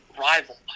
rival